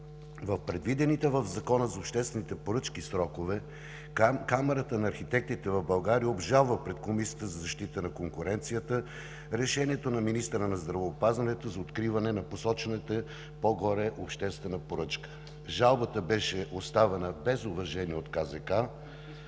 В предвидените в Закона за обществените поръчки срокове Камарата на архитектите в България обжалва пред Комисията за защита на конкуренцията решението на министъра на здравеопазването за откриването на посочената по-горе обществена поръчка. Жалбата беше оставена без уважение от КЗК